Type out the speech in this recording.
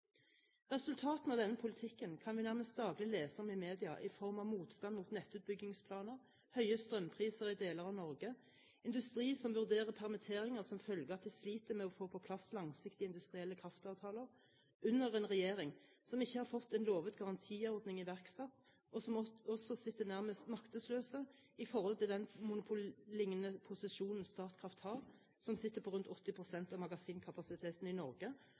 Resultatene av denne politikken kan vi nærmest daglig lese om i media i form av motstand mot nettutbyggingsplaner, høye strømpriser i deler av Norge, industri som vurderer permitteringer som følge av at de sliter med å få på plass langsiktige industrielle kraftavtaler under en regjering som ikke har fått en lovet garantiordning iverksatt, og som også sitter nærmest maktesløs i forhold til den monopollignende posisjonen Statkraft har, som sitter på rundt 80 pst. av magasinkapasiteten i Norge